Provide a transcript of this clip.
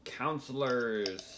counselors